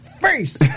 face